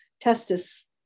testis